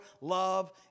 love